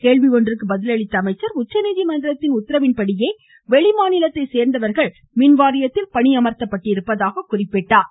கேள்வி ஒன்றுக்கு பதில் அளித்த அவர் உச்சநீதிமன்றத்தின் உத்தரவின்படியே வெளி மாநிலத்தை சேர்ந்தவர்கள் மின்வாரியத்தில் பணியமர்த்தப்பட்டிருப்பதாக கூறினார்